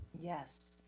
Yes